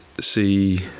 see